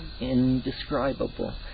indescribable